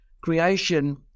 creation